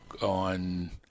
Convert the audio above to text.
on